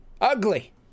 Ugly